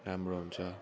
राम्रो हुन्छ